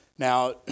Now